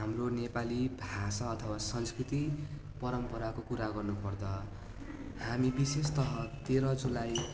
हाम्रो नेपाली भाषा अथवा संस्कृति परम्पराको कुरा गर्नु पर्दा हामी विशेषतः तेह्र जुलाई